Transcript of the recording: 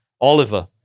Oliver